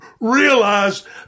realize